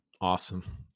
awesome